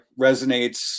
resonates